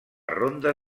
ronda